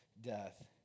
death